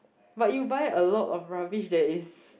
but you buy a lot of rubbish that is